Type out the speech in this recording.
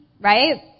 right